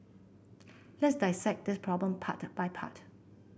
let's dissect this problem part by part